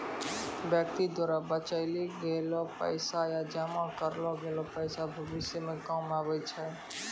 व्यक्ति द्वारा बचैलो गेलो पैसा या जमा करलो गेलो पैसा भविष्य मे काम आबै छै